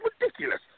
ridiculous